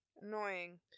annoying